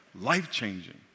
life-changing